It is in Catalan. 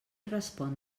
respon